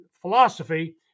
philosophy